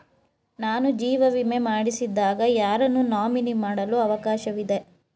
ನಾನು ಜೀವ ವಿಮೆ ಮಾಡಿಸಿದಾಗ ಯಾರನ್ನು ನಾಮಿನಿ ಮಾಡಲು ಅವಕಾಶವಿದೆ?